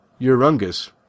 Urungus